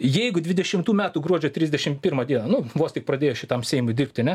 jeigu dvidešimtų metų gruodžio trisdešim pirmą dieną nu vos tik pradėjus šitam seimui dirbtini ane